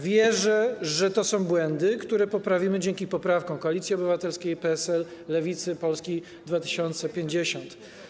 Wierzę, że to są błędy, które naprawimy dzięki poprawkom Koalicji Obywatelskiej, PSL, Lewicy, Polski 2050.